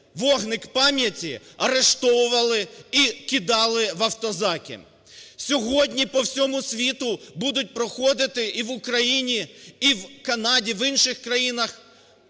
вогник пам'яті, арештовували і кидали в автозаки. Сьогодні по всьому світу будуть проходити – і в Україні, і в Канаді, в інших країнах